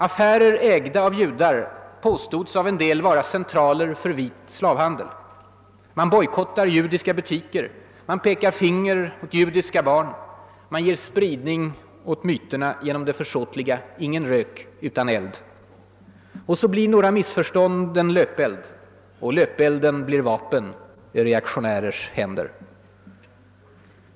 Affärer ägda av judar påstods av en del vara centraler för vit slavhandel. Man bojkottade judiska butiker, pekade finger åt judiska barn, gav spridning åt myterna genom det försåtliga ingen rök utan eld>. Och så blev någ ra missförstånd en löpeld och löpelden vapen i reaktionärers händer.